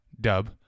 Dub